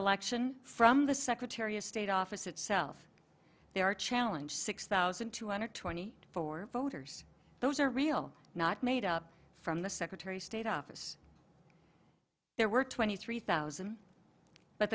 election from the secretary of state office itself they are challenge six thousand two hundred twenty four voters those are real not made up from the secretary of state office there were twenty three thousand but